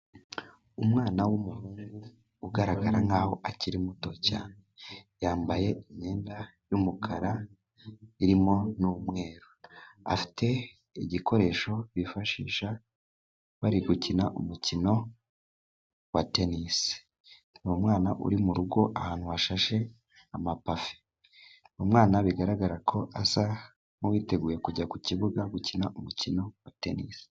Umwana w'umuhungu ugaragara nkaho akiri muto cyane. Yambaye imyenda y'umukara irimo n'umweru. Afite igikoresho bifashisha bari gukina umukino wa tenisi. Ni umwana uri mu rugo ahantu hashashe amapave. Umwana bigaragara ko asa nkuwiteguye kujya ku kibuga gukina umukino wa tenisi.